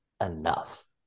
enough